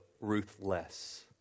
ruthless